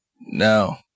No